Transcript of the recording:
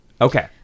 Okay